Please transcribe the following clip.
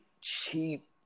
cheap